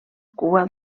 cua